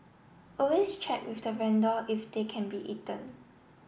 always check with the vendor if they can be eaten